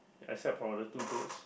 except for the two goats